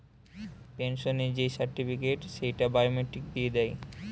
পেনসনের যেই সার্টিফিকেট, সেইটা বায়োমেট্রিক দিয়ে দেয়